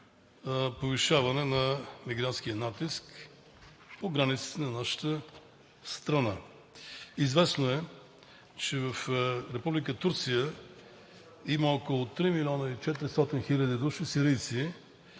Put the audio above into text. повишаване на мигрантския натиск по границите на нашата страна? Известно е, че в Република Турция има около 3 милиона 400 хиляди души сирийци